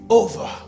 over